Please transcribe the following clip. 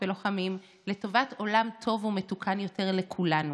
ולוחמים לטובת עולם טוב ומתוקן יותר לכולנו,